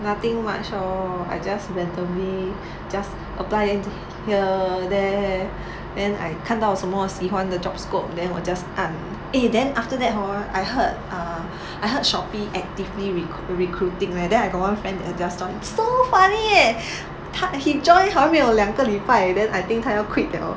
nothing much lor I just randomly just apply the~ here there then I 看到什么喜欢的 job scope then 我 just 按 eh after that hor I heard uh I heard Shopee actively recruit recruiting leh then I got one friend just joined on so funny eh 他 actu~ he joined hor 没有两个礼拜 then I think 他要 quit liao